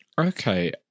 okay